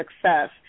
success